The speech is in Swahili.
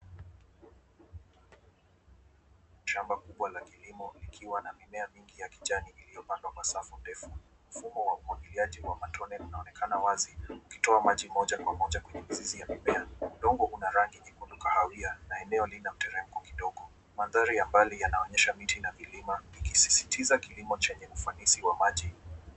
Shamba kubwa la kilimo likiwa na mimea mingi ya kijani iliyopandwa kwa safu ndefu. Mfumo wa umwagiliaji wa matone unaonekana wazi ikitoa maji moja kwa moja kwenye mizizi ya mimea. Udongo una rangi nyekundu kahawia na eneo lina mteremko kidogo. Mandhari ya mbali yanaonyesha miti na milima ikisisitiza kilimo chenye ufanisi wa maji.